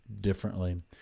differently